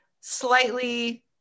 slightly